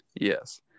Yes